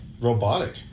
robotic